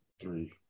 Three